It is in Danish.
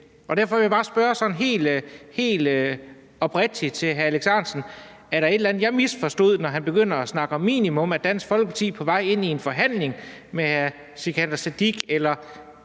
Derfor vil jeg bare spørge hr. Alex Ahrendtsen sådan helt oprigtigt: Var der et eller andet, jeg misforstod, da han begyndte at snakke om minimum? Er Dansk Folkeparti på vej ind i en forhandling med hr. Sikandar Siddique, eller